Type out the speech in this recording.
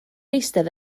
eistedd